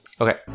okay